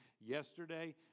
yesterday